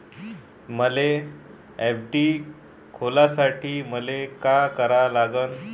मले एफ.डी खोलासाठी मले का करा लागन?